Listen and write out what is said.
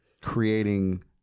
creating